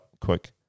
quick